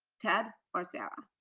ted or sarah?